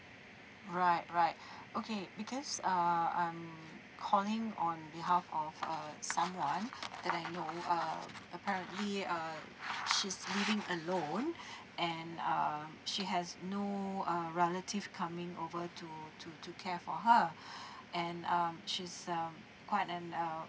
right right okay because err I'm calling on behalf of uh someone that I know uh apparently uh she's living alone and uh she has no uh relative coming over to to to care for her and um she's um quite an uh